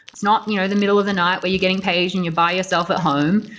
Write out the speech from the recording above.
it's not you know the middle of the night where you're getting paged and you're by yourself at home.